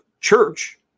Church